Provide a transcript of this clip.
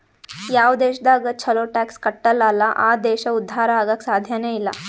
ಯಾವ್ ದೇಶದಾಗ್ ಛಲೋ ಟ್ಯಾಕ್ಸ್ ಕಟ್ಟಲ್ ಅಲ್ಲಾ ಆ ದೇಶ ಉದ್ಧಾರ ಆಗಾಕ್ ಸಾಧ್ಯನೇ ಇಲ್ಲ